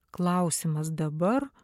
klausimas dabar